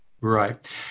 Right